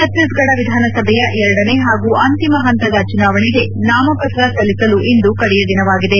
ಛತ್ತೀಸಗಢ ವಿಧಾನಸಭೆಯ ಎರಡನೇ ಪಾಗೂ ಅಂತಿಮ ಪಂತದ ಚುನಾವಣೆಗೆ ನಾಮಪತ್ರ ಸಲ್ಲಿಸಲು ಇಂದು ಕಡೆಯ ದಿನವಾಗಿದೆ